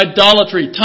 Idolatry